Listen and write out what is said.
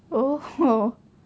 oh